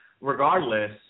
regardless